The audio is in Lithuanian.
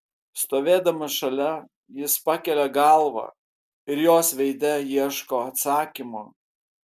stovėdamas šalia jis pakelia galvą ir jos veide ieško atsakymo